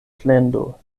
plendo